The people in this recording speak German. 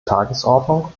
tagesordnung